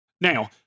Now